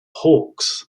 hawks